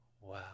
Wow